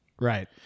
right